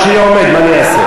השעון שלי עומד, מה אני אעשה?